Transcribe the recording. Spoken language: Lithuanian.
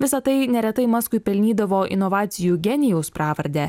visa tai neretai maskui pelnydavo inovacijų genijaus pravardę